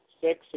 six